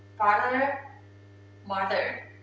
father mother,